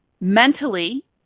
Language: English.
mentally